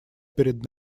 перед